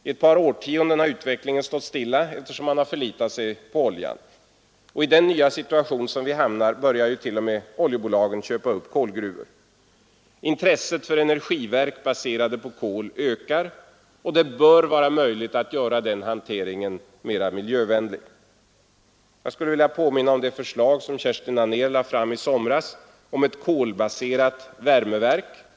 I ett par årtionden har utvecklingen stått stilla, eftersom man förlitat sig på oljan. I den nya situation som vi hamnat börjar t.o.m. oljebolagen köpa upp kolgruvor. Intresset för energiverk baserade på kol ökar. Det bör vara möjligt att göra hanteringen miljövänlig. Jag vill här påminna om det förslag som Kerstin Anér lade fram i somras om ett kolbaserat energiverk i Sverige.